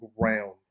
ground